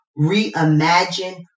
reimagine